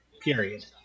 period